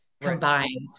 combined